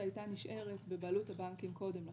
הייתה נשארת בבעלות הבנקים קודם לכן.